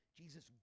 jesus